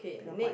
pure white